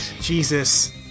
Jesus